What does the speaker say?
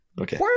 okay